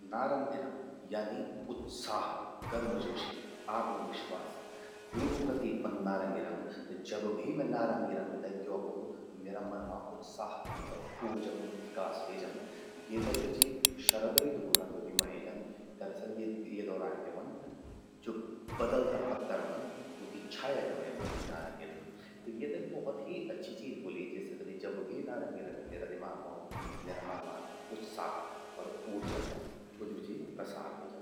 नारंगी रंग नी उत्साह, गर्मजोशी, आत्मविश्वास, यूंकू प्रतीक व्हंद नारंगी रंग। त जबभी मैं नारंगी रंग ते द्योखदू, त म्येरा मन मां उत्साह अर ऊर्जा कु विकास व्हे जंद। येते ज्वो चि शरद ऋतु कू रंग भी मण्ये जंद। दरअसल ये दौरान क्या व्हंद, ज्वो बदलता पत्ता रौंदन तूंकि छाया जमण्ये व्हंद यो नारंगी रंग। त येते बहुत ही अच्छी चीज बोल्ये जे सक्यंदि, जब भी नरंगी रंग म्येरा दिमाग मां ऊंद, म्येरा मन मां उत्साह अर ऊर्जा कू जू चि प्रसार व्हे जंगद।